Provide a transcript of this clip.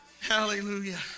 hallelujah